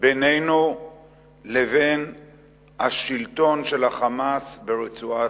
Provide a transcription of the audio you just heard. בינינו לבין השלטון של ה"חמאס" ברצועת-עזה.